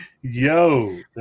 Yo